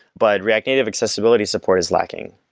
but react native accessibility support is lacking.